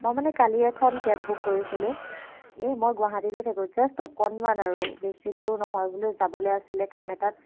মই মানে কালি এখন কেব বুক কৰিছিলোঁ এই মই গুৱাহাটীতে থাকোঁ জাষ্ট অকণমান আৰু বেছি দূৰো নহয় বোলো যাবলৈ আছিলে কাম এটাত